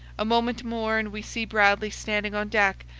a moment more, and we see bradley standing on deck,